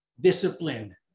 discipline